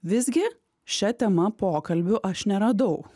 visgi šia tema pokalbių aš neradau